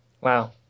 Wow